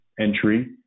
entry